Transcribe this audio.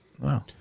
Wow